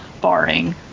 barring